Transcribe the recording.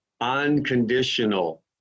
unconditional